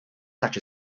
such